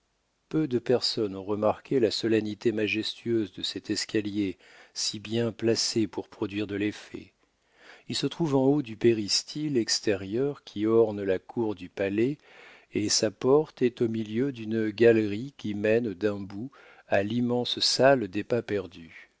peu de personnes ont remarqué la solennité majestueuse de cet escalier si bien placé pour produire de l'effet il se trouve en haut du péristyle extérieur qui orne la cour du palais et sa porte est au milieu d'une galerie qui mène d'un bout à l'immense salle des pas-perdus